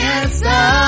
answer